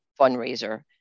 fundraiser